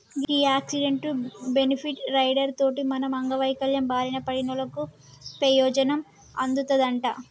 గీ accident, benefit rider తోటి మనం అంగవైవల్యం బారిన పడినోళ్ళకు పెయోజనం అందుతదంట